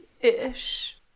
ish